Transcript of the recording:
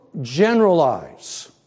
generalize